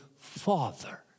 Father